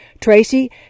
Tracy